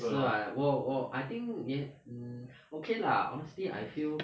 officer ah 我我 I think 你 okay lah honestly I feel